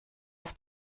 auf